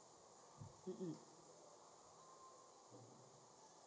um um